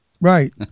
Right